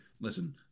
Listen